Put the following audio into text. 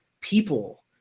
people